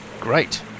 Great